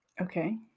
Okay